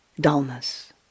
dullness